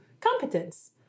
competence